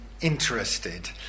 interested